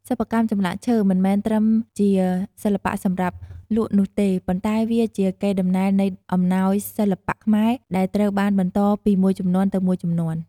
សិប្បកម្មចម្លាក់ឈើមិនមែនត្រឹមជាសិល្បៈសម្រាប់លក់នោះទេ ប៉ុន្តែវាជាកេរដំណែលនៃអំណោយសិល្បៈខ្មែរដែលត្រូវបានបន្តពីមួយជំនាន់ទៅមួយជំនាន់។